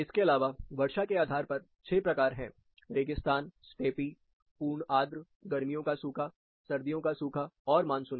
इसके अलावा वर्षा के आधार पर 6 प्रकार हैं रेगिस्तान स्टेपी पूर्ण आर्द्र गर्मियों का सूखा सर्दियों का सूखा और मानसूनी